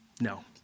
No